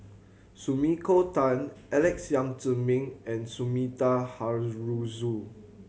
Sumiko Tan Alex Yam Ziming and Sumida Haruzo